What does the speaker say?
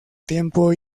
tiempo